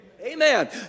Amen